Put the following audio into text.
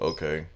Okay